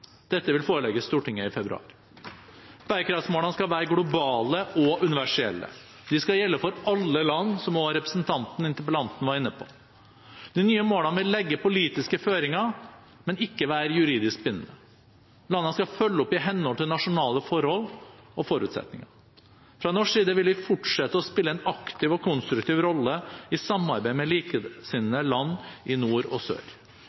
Dette vil forelegges Stortinget i februar. Bærekraftmålene skal være globale og universelle. De skal gjelde for alle land, som også interpellanten var inne på. De nye målene vil legge politiske føringer, men ikke være juridisk bindende. Landene skal følge opp i henhold til nasjonale forhold og forutsetninger. Fra norsk side vil vi fortsette å spille en aktiv og konstruktiv rolle i samarbeid med likesinnede land i nord og sør.